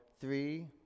three